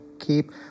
keep